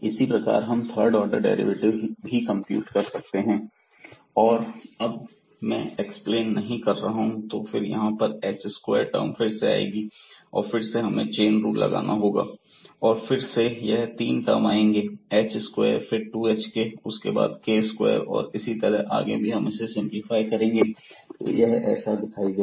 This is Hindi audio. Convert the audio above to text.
इसी प्रकार हम थर्ड ऑर्डर डेरिवेटिव ही कंप्यूट कर सकते हैं और अब यह मैं एक्सप्लेन नहीं कर रहा हूं तो फिर यहां पर h स्क्वायर टर्म फिर से आएगी और फिर से हमें चेन रूल लगाना होगा और फिर से यह 3 टर्म आएंगे h स्क्वेयर फिर 2hk और उसके बाद k स्क्वायर और इसी तरह आगे भी जब हम इसे सिंपलीफाई करेंगे तो यह ऐसा दिखाई देगा